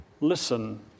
Listen